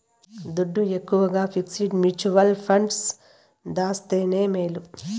దుడ్డు ఎక్కవగా fixed mutual funds దాస్తేనే మేలు